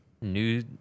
new